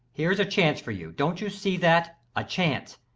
here's a chance for you. don't you see that? a chance.